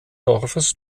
dorfes